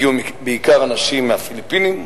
הגיעו בעיקר אנשים מהפיליפינים,